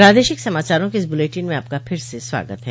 प्रादेशिक समाचारों के इस बुलेटिन में आपका फिर से स्वागत है